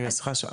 סליחה,